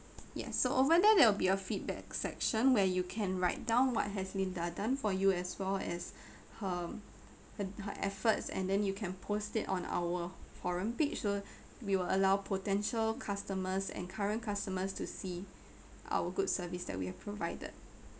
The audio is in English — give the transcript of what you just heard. ya so over there there will be a feedback section where you can write down what has linda done for you as well as her her her efforts and then you can post it on our forum page so we will allow potential customers and current customers to see our good service that we have provided